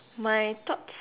my thoughts